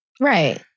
right